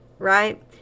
right